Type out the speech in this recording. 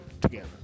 together